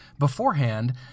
beforehand